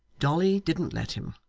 dolly didn't let him,